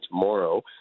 tomorrow